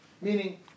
meaning